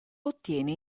ottiene